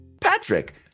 Patrick